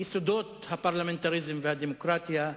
יסודות הפרלמנטריזם והדמוקרטיה,